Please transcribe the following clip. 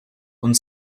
und